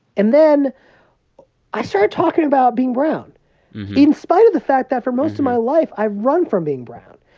and then i started talking about being brown in spite of the fact that, for most of my life, i've run from being brown.